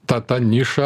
ta ta niša